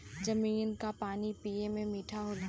जमीन क पानी पिए में मीठा होला